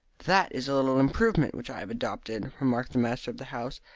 that is a little improvement which i have adopted remarked the master of the house.